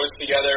together